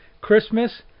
Christmas